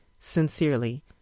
sincerely